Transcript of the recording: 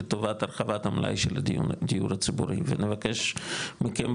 לטובת הרחבת המלאי של הדיור הציבורי ונבקש מכם,